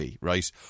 right